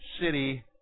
city